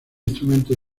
instrumento